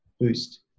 boost